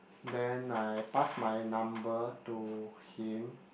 then I pass my number to him